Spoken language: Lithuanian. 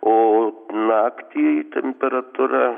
o naktį temperatūra